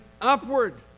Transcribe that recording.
upward